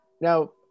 Now